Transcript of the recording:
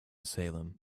salem